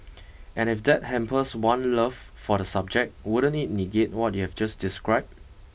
and if that hampers one love for the subject wouldn't it negate what you've just described